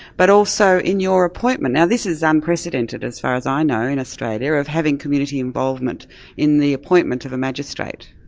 but also in your appointment. now this is unprecedented as far as i know in australia, of having community involvement in the appointment of a magistrate.